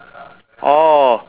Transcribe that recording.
orh